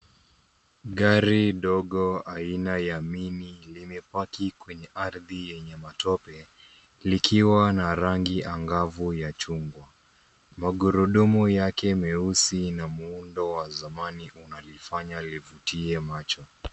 Gari dogo aina ya mini limepaki kwenye ardhi yenye matope, likiwa na rangi angavu ya chungwa. Magurudumu yake meusi na muundo wa zamani unalifanya livutie macho.